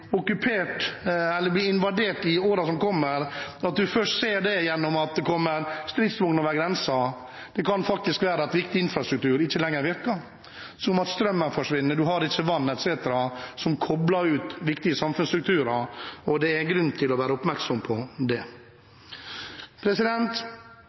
i årene som kommer, at man først ser det ved at det kommer stridsvogner over grensen. Det kan være at viktig infrastruktur ikke lenger virker, som at strømmen forsvinner, man har ikke vann etc., noe som kobler ut viktige samfunnsstrukturer. Det er grunn til å være oppmerksom på